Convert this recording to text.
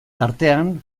tartean